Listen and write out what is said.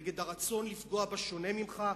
נגד הרצון לפגוע בשונה ממך,